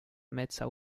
metsa